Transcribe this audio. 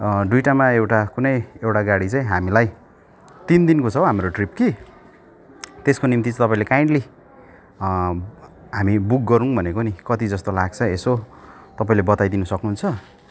दुईवटामा एउटा कुनै एउटा गाडी चाहिँ हामीलाई तिन दिनको छ हौ हाम्रो ट्रिप कि त्यसको निम्ति चाहिँ तपाईँले काइन्डली हामी बुक गरौँ भनेको नि कति जस्तो लाग्छ यसो तपाईँले बताइदिनु सक्नुहुन्छ